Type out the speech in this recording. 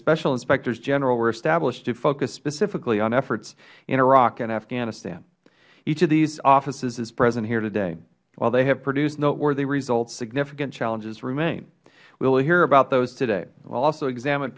special inspectors general were established to focus specifically on efforts in iraq and afghanistan each of these offices is present here today while they have produced noteworthy results significant challenges remain we will hear about those today we will also examine